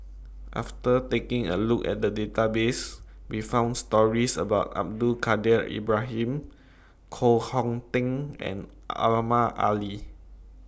after taking A Look At The Database We found stories about Abdul Kadir Ibrahim Koh Hong Teng and Ali